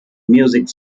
music